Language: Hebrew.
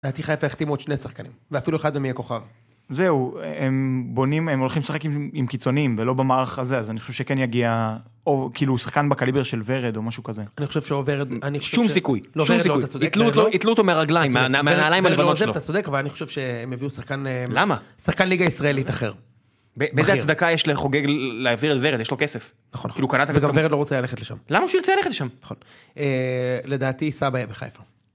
לדעתי חיפה יחתימו עוד שני שחקנים ואפילו אחד מי הכוכב. זהו הם בונים הם הולכים לשחק עם קיצוניים ולא במערך הזה אז אני חושב שכן יגיע. או כאילו שחקן בקליבר של ורד או משהו כזה אני חושב שאו ורד, אני... שום סיכוי יתלו אותו מרגליים. מהנעליים הלבנות שלו. אבל אני חושב שהם יביאו שחקן... למה? שחקן ליגה ישראלית אחר. באיזו הצדקה יש לחוגג להעביר את ורד יש לו כסף. נכון. כאילו קנה... ורד כבר לא רוצה ללכת לשם. למה שהוא ירצה ללכת לשם? לדעתי סבג יהיה בחיפה